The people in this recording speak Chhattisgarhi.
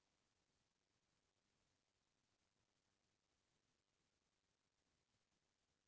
मैं कइसे अपन मोबाइल के दुवारा पानी के बिल ल पटा सकथव?